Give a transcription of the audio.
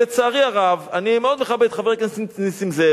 אני מאוד מכבד את חבר הכנסת נסים זאב,